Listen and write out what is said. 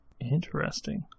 Interesting